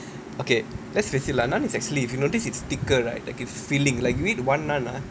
okay let's face it lah naan is actually you notice it's thicker right like it's filling like you eat one naan ah